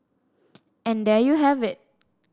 and there you have it